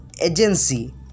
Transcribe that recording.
Agency